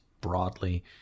broadly